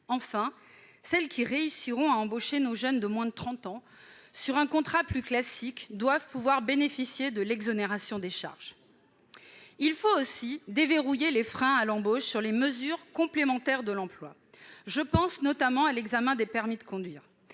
Enfin, celles qui parviendront à embaucher nos jeunes de moins de 30 ans des contrats plus classiques doivent pouvoir bénéficier de l'exonération des charges. Il faut aussi lever les freins à l'embauche par des mesures complémentaires de celles concernant l'emploi. Je pense notamment à l'examen du permis de conduire.